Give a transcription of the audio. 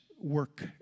work